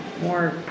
more